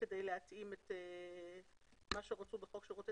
כדי להתאים את מה שרשום בחוק שירותי